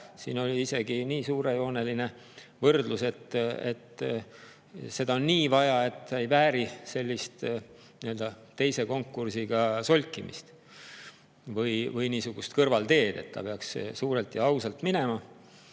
Siin oli isegi nii suurejooneline võrdlus, et seda on nii väga vaja, et see ei vääri nii-öelda teise konkursiga solkimist või niisugust kõrvalteed, seda peaks suurelt ja ausalt [tegema].